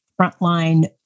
frontline